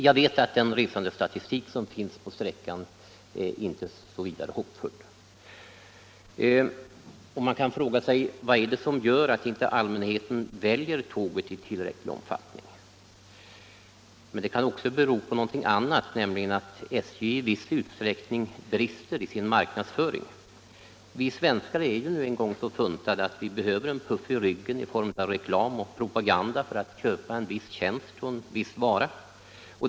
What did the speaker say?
Jag vet att den resandestatistik som finns på sträckan inte är särskilt hoppfull, och man kan fråga sig vad det är som gör att allmänheten inte väljer tåget i större utsträckning än fallet är. Det kan möjligen bero på att SJ i viss utsträckning har brustit i sin marknadsföring. Vi svenskar är ju så funtade att vi behöver en puff i ryggen i form av reklam och propaganda för att köpa en viss vara eller viss tjänst.